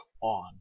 on